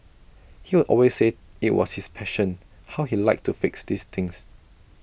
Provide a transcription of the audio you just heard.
he would always say IT was his passion how he liked to fix these things